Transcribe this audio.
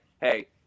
hey